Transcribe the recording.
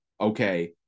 Okay